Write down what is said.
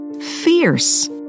fierce